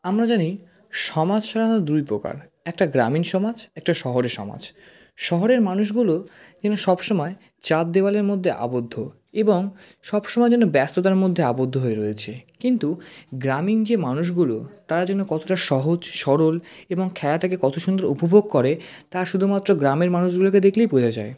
আমরা জানি সমাজ সাধারণত দুই প্রকার একটা গ্রামীণ সমাজ একটা শহরে সমাজ শহরের মানুষগুলো এখানে সব সময় চার দেওয়ালের মধ্যে আবদ্ধ এবং সব সময়ে যেন ব্যস্ততার মধ্যে আবদ্ধ হয়ে রয়েছে কিন্তু গ্রামীণ যে মানুষগুলো তারা যেন কতটা সহজ সরল এবং খেলাটাকে কত সুন্দর উপভোগ করে তা শুধুমাত্র গ্রামের মানুষগুলোকে দেখলেই বোঝা যায়